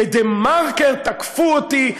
ב"דה מרקר" תקפו אותי,